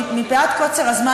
מפאת קוצר הזמן,